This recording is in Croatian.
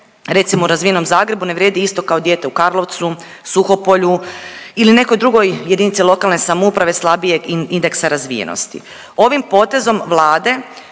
recimo u razvijenom Zagrebu ne vrijedi isto kao dijete u Karlovcu, Suhopolju ili nekoj drugoj jedinici lokalne samouprave slabijeg indeksa razvijenosti. Ovim potezom Vlade